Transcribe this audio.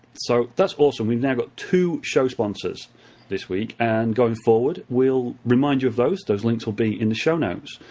so that's awesome. we now got two show sponsors this week. and going forward, we'll remind you of those. those links will be in the show notes.